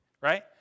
right